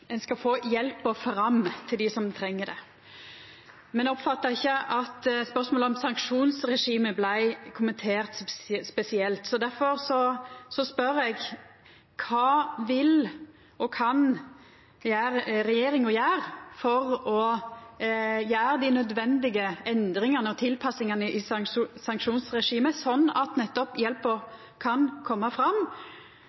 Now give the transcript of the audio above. ein skal få hjelpa fram til dei som treng det. Men eg oppfatta ikkje at spørsmålet om sanksjonsregimet blei kommentert spesielt, så difor spør eg: Kva vil og kan regjeringa gjera for å gjera dei nødvendige endringane og tilpassingane i sanksjonsregimet slik at nettopp hjelpa